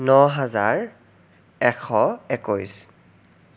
ন হাজাৰ এশ একৈছ